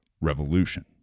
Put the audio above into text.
revolution